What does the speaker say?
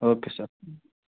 okay sir